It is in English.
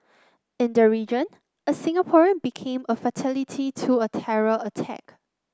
in the region a Singaporean became a fatality to a terror attack